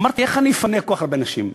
אמרתי, איך אני אפנה כל כך הרבה אנשים?